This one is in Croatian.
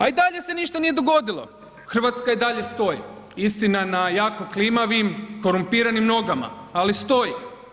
A i dalje se ništa nije dogodilo, Hrvatska i dalje stoji, istina na jako klimavim, korumpiranim nogama ali stoji.